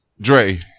Dre